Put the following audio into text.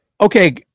Okay